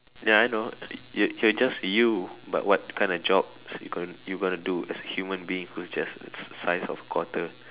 may I know is is just you but what kind of jobs you gone you gonna do as human being who's just a size of quarter